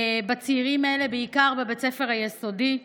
בצעירים האלה, בעיקר בבית הספר היסודי.